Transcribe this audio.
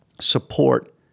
support